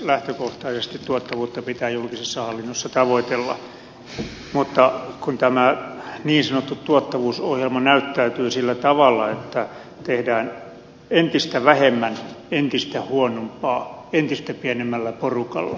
lähtökohtaisesti tuottavuutta pitää julkisessa hallinnossa tavoitella mutta kun tämä niin sanottu tuottavuusohjelma näyttäytyy sillä tavalla että tehdään entistä vähemmän entistä huonompaa entistä pienemmällä porukalla